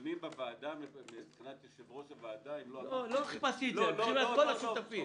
הדיונים בוועדה מבחינת יושב-ראש הוועדה- - מבחינת כל השותפים.